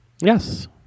Yes